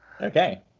Okay